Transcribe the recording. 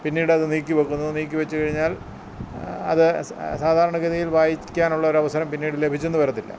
പിന്നീടത് നീക്കി വെക്കുന്നു നീക്കി വെച്ചുക്കഴിഞ്ഞാൽ അത് സ സാധാരണ ഗതിയിൽ വായിക്കാനുള്ളൊരവസരം പിന്നീട് ലഭിച്ചെന്ന് വരത്തില്ല